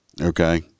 okay